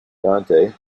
dante